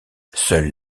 seule